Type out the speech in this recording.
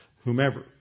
whomever